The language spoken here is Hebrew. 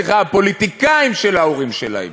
סליחה, הפוליטיקאים של ההורים שלהם,